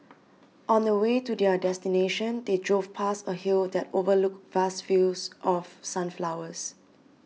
on the way to their destination they drove past a hill that overlooked vast fields of sunflowers